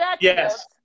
Yes